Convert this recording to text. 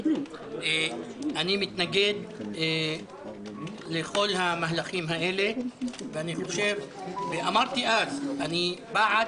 אני מתנגד לכל המהלכים האלה ואני חושב ואמרתי אז: אני בעד